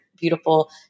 beautiful